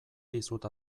dizut